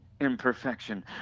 imperfection